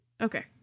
Okay